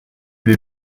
les